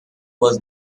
was